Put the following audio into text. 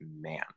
man